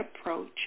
approach